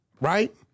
right